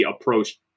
approached